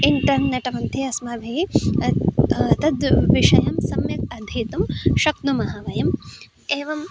internet भवति अस्माभिः त् तद्विषयं सम्यक् अध्येतुं शक्नुमः वयं एवं